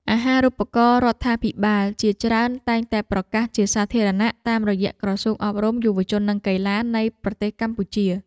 អាហារូបករណ៍រដ្ឋាភិបាលជាច្រើនតែងតែប្រកាសជាសាធារណៈតាមរយៈក្រសួងអប់រំយុវជននិងកីឡានៃប្រទេសកម្ពុជា។